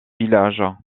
villages